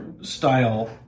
style